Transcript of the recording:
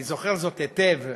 אני זוכר זאת היטב.